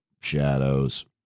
shadows